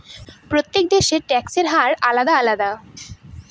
প্রত্যেক দেশের ট্যাক্সের হার আলাদা আলাদা